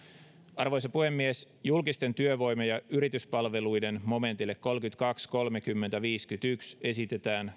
arvoisa puhemies julkisten työvoima ja yrityspalveluiden momentille kolmekymmentäkaksi kolmekymmentä viisikymmentäyksi esitetään